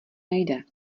nejde